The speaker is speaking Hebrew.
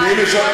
אני משבח.